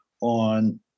on